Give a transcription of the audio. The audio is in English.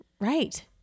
Right